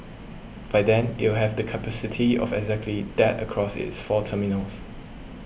by then it will have the capacity of exactly that across its four terminals